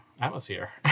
atmosphere